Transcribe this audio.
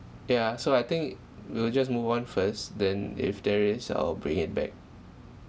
yeah so I think we'll just move on first then if there is I'll bring it back